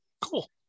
Cool